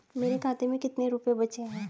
मेरे खाते में कितने रुपये बचे हैं?